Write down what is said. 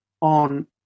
on